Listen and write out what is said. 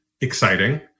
exciting